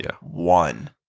One